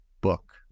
book